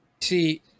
See